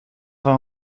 vint